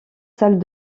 salles